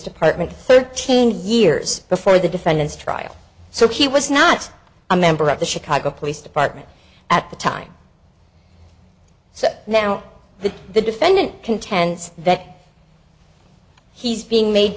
department thirteen years before the defendant's trial so he was not a member of the chicago police department at the time so now that the defendant contends that he's being made